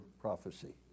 prophecy